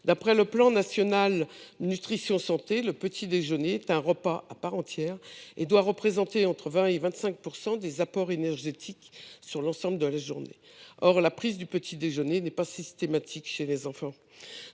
Selon le plan national nutrition santé, le petit déjeuner est un repas à part entière et doit représenter entre 20 % et 25 % des apports énergétiques de l’ensemble d’une journée. Or la prise du petit déjeuner n’est pas systématique chez les enfants.